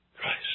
Christ